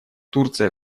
турция